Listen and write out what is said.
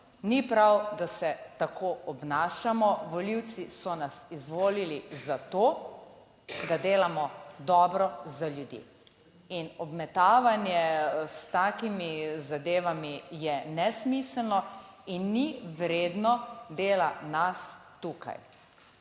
Ni prav, da se tako obnašamo. Volivci so nas izvolili za to, da delamo dobro za ljudi. In obmetavanje s takimi zadevami je nesmiselno in ni vredno dela nas tukaj.